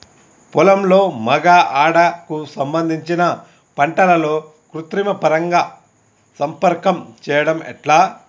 పొలంలో మగ ఆడ కు సంబంధించిన పంటలలో కృత్రిమ పరంగా సంపర్కం చెయ్యడం ఎట్ల?